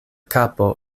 kapo